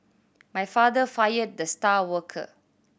my father fired the star worker